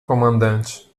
comandante